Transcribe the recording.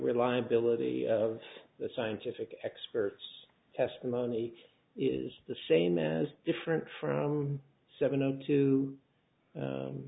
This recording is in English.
reliability of the scientific experts testimony is the same as different for seven